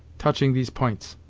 touching these p'ints?